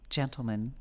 gentlemen